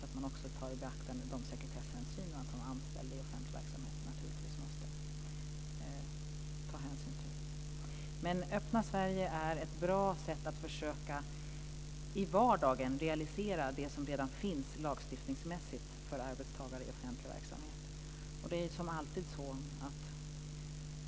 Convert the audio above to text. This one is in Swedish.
Man måste också beakta de sekretesshänsyn som gäller för anställda i offentlig verksamhet. Kampanjen Öppna Sverige är ett bra sätt att i vardagen försöka realisera det som redan finns i lagstiftningen, för arbetstagare i offentlig verksamhet.